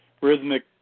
rhythmic